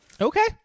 okay